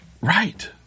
right